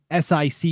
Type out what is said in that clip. SIC